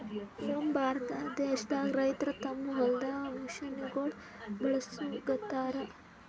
ನಮ್ ಭಾರತ ದೇಶದಾಗ್ ರೈತರ್ ತಮ್ಮ್ ಹೊಲ್ದಾಗ್ ಮಷಿನಗೋಳ್ ಬಳಸುಗತ್ತರ್